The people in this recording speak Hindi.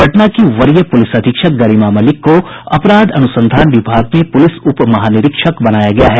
पटना की वरीय पुलिस अधीक्षक गरिमा मलिक को अपराध अनुसंधान विभाग में पुलिस उपमहानिरीक्षक बनाया गया है